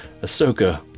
Ahsoka